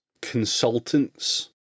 consultants